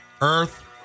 Earth